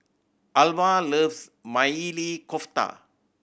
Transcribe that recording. Alvah loves Maili Kofta